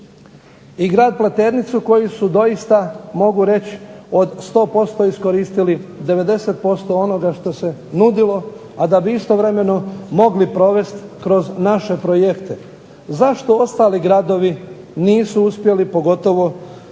i Grad Pleternicu koji su doista mogu reći od 100% iskoristili 90% onoga što se nudilo, a da bi istovremeno mogli provesti kroz naše projekte. Zašto ostali gradovi nisu uspjeli, pogotovo